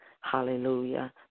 Hallelujah